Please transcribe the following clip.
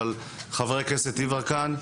אבל חבר הכנסת יברקן,